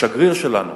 השגריר שלנו,